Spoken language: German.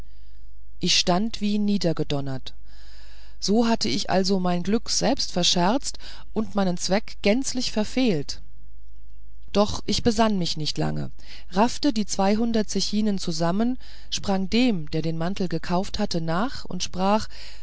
ich stand wie niedergedonnert so hatte ich also mein glück selbst verscherzt und meinen zweck gänzlich verfehlt doch ich besann mich nicht lange raffte die zweihundert zechinen zusammen sprang dem der den mantel gekauft hatte nach und sprach